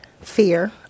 Fear